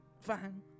fine